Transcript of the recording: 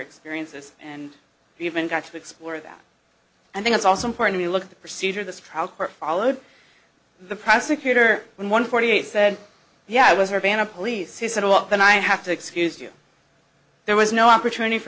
experiences and even got to explore that i think it's also important to look at the procedure the trial court followed the prosecutor when one forty eight said yeah i was urbana police he said well then i have to excuse you there was no opportunity for